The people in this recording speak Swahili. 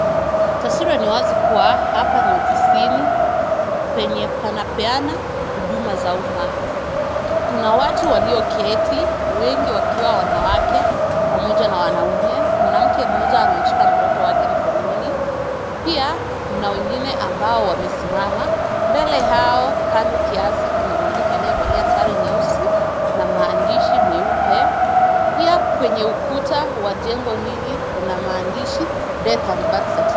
Taswira ni wazi kuwa hapa ni ofisini penye panapeana huduma za umma. Kuna watu walioketi, wengi wakiwa wanawake pamoja na wanaume. Mwanamke mmoja amemshika mtoto wake mkononi. Pia kuna wengine ambao wamesimama. Mbele yao kando kiasi kuna mwanamke aliyevalia sare nyeusi na maandishi meupe. Pia kwenye ukuta wa jengo hili kuna maandishi death and birth certificate .